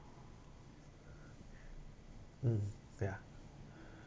mm ya